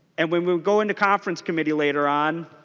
and when we go into conference committee later on